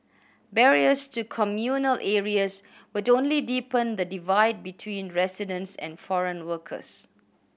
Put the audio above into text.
barriers to communal areas would only deepen the divide between residents and foreign workers